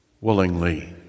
willingly